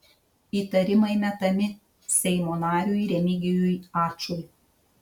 įtarimai metami seimo nariui remigijui ačui